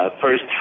first